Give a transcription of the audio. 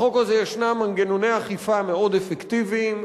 בחוק הזה ישנם מנגנוני אכיפה מאוד אפקטיביים,